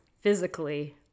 physically